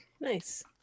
Nice